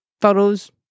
photos